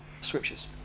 Scriptures